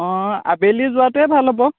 অঁ আবেলি যোৱাটোৱে ভাল হ'ব